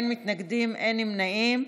אין מתנגדים, אין נמנעים.